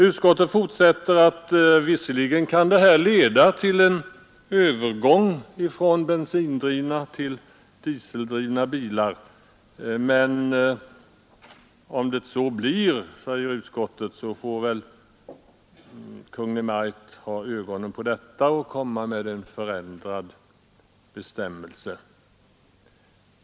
Utskottet fortsätter att säga att visserligen kan den här ändringen leda till en övergång från bensindrivna till dieseldrivna bilar, och om det blir så får Kungl. Maj:t ha ögonen på detta och föreslå en ändrad bestämmelse.